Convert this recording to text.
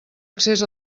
accés